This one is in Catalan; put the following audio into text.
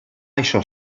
això